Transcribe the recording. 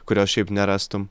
kurios šiaip nerastum